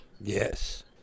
Yes